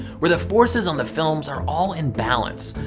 where the forces on the films are all in balance.